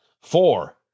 Four